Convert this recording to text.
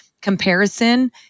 comparison